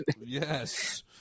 yes